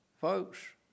Folks